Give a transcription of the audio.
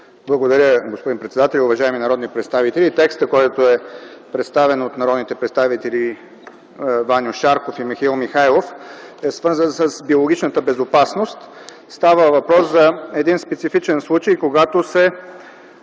Благодаря, господин председателю. Уважаеми народни представители, текстът, който е представен от народните представители Ваньо Шарков и Михаил Михайлов, е свързан с биологичната безопасност. Става въпрос за един специфичен случай, когато се